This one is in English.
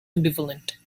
ambivalent